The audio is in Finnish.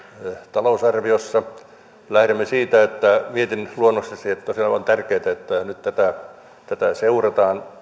talousarviossa lähdemme mietinnön luonnoksessa siitä että on tärkeää että nyt tätä tätä seurataan